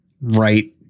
right